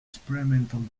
experimental